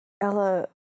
Ella